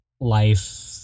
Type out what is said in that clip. life